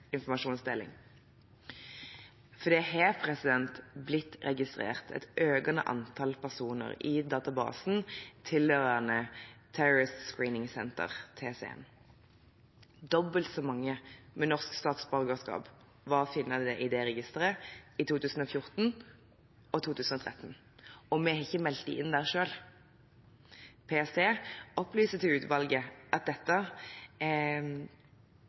informasjonsdeling, for det er her blitt registrert et økende antall personer i databasen tilhørende Terrorist Screening Center, TSC. Dobbelt så mange med norsk statsborgerskap var å finne i det registeret i 2014 som i 2013 – og vi har ikke meldt dem inn der selv. PST opplyser til utvalget at